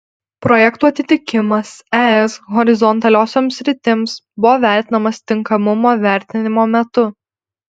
projektų atitikimas es horizontaliosioms sritims buvo vertinamas tinkamumo vertinimo metu